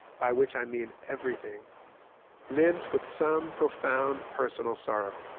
by which i mean everything lives with some profound personal sorrow.